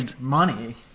money